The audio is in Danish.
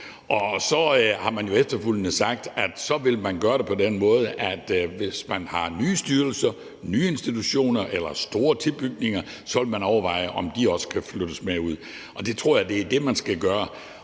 så. Så har man jo efterfølgende sagt, at man vil gøre det på den måde, at hvis man har nye styrelser, nye institutioner eller store tilbygninger, så vil man overveje, om de også kan flyttes med ud, og jeg tror, det er det, man skal gøre.